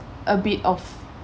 a bit of